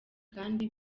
kandi